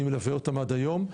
אני מלווה אותם עד היום.